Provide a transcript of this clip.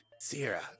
Sierra